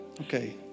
Okay